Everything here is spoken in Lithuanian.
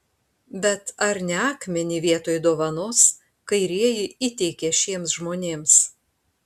bet ar ne akmenį vietoj dovanos kairieji įteikė šiems žmonėms